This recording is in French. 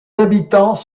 habitants